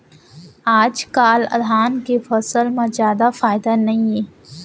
आजकाल धान के फसल म जादा फायदा नइये